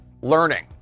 learning